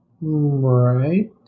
right